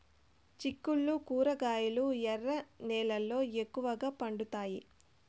చిక్కుళ్లు కూరగాయలు ఎర్ర నేలల్లో ఎక్కువగా పండుతాయా